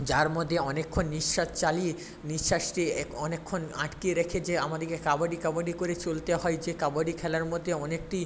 যার মধ্যে অনেকক্ষণ নিঃশ্বাস চালিয়ে নিঃশ্বাসটি অনেকক্ষণ আটকে রেখে যে আমাদেরকে কাবাডি কাবাডি করে চলতে হয় যে কাবাডি খেলার মধ্যে অনেকেই